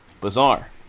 Bizarre